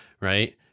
right